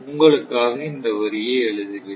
உங்களுக்காக இந்த வரியை எழுதுகிறேன்